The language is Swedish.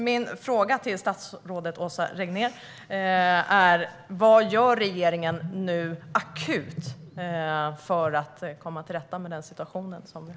Min fråga till statsrådet Åsa Regnér är: Vad gör regeringen nu akut för att komma till rätta med den situation vi har?